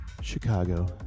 Chicago